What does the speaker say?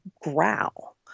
growl